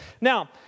Now